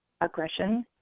aggression